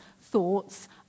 thoughts